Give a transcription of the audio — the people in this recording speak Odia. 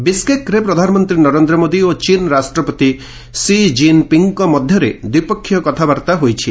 ବିଶ୍କେକ୍ରେ ପ୍ରଧାନମନ୍ତ୍ରୀ ନରେନ୍ଦ୍ର ମୋଦୀ ଓ ଚୀନ୍ ରାଷ୍ଟ୍ରପତି ସି ଜିନ୍ ପିଙ୍ଗ୍ଙ୍କ ମଧ୍ୟରେ ଦ୍ୱିପକ୍ଷିୟ କଥାବାର୍ତ୍ତା ହୋଇଛି